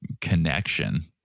connection